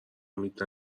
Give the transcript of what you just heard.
امید